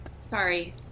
Sorry